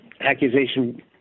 accusation